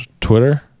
twitter